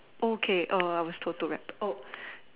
okay err I was total wrapped oh